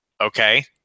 okay